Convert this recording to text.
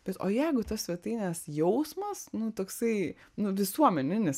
bet o jeigu tas svetainės jausmas nu toksai nu visuomeninis